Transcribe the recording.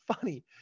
funny